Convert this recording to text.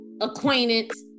acquaintance